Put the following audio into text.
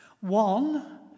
One